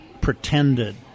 pretended